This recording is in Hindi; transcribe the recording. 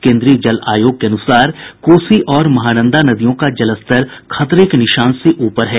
केन्द्रीय जल आयोग के अनुसार कोसी और महानन्दा नदियों का जलस्तर खतरे के निशान से ऊपर है